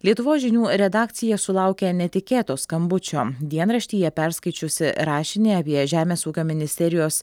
lietuvos žinių redakcija sulaukė netikėto skambučio dienraštyje perskaičiusi rašinį apie žemės ūkio ministerijos